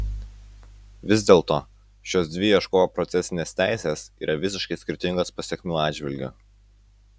vis dėlto šios dvi ieškovo procesinės teisės yra visiškai skirtingos pasekmių atžvilgiu